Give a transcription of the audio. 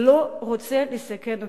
ולא רוצה לסכן אותה.